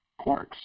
quarks